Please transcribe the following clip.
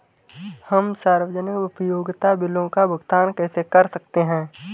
हम सार्वजनिक उपयोगिता बिलों का भुगतान कैसे कर सकते हैं?